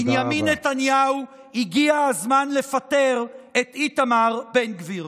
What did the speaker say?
בנימין נתניהו, הגיע הזמן לפטר את איתמר בן גביר.